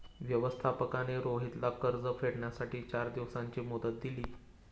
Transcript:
व्यवस्थापकाने रोहितला कर्ज फेडण्यासाठी चार दिवसांची मुदत दिली